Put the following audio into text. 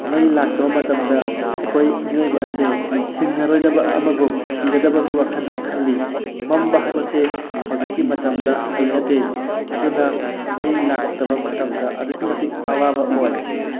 ꯃꯩ ꯂꯥꯛꯇꯕ ꯃꯇꯝꯗ ꯑꯩꯈꯣꯏ ꯃꯤꯑꯣꯏꯕ ꯑꯁꯦ ꯍꯤꯡꯉꯔꯣꯏꯗꯕ ꯑꯃꯒꯨꯝ ꯁꯤꯔꯗꯕꯒꯤ ꯋꯥꯈꯜꯗ ꯈꯜꯂꯤ ꯃꯝꯕ ꯍꯥꯏꯕꯁꯦ ꯍꯧꯖꯤꯛꯀꯤ ꯃꯇꯝꯗ ꯍꯩꯅꯗꯦ ꯑꯗꯨꯅ ꯃꯩ ꯂꯥꯛꯇꯕ ꯃꯇꯝꯗ ꯑꯗꯨꯛꯀꯤ ꯃꯇꯤꯛ ꯑꯋꯥꯕ ꯑꯣꯏ